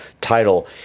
title